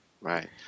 right